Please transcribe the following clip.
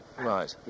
Right